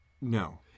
No